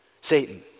Satan